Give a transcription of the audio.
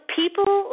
people